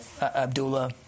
Abdullah